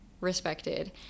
respected